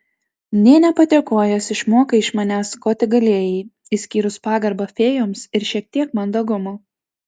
nė nepadėkojęs išmokai iš manęs ko tik galėjai išskyrus pagarbą fėjoms ir šiek tiek mandagumo